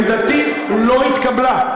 עמדתי לא התקבלה.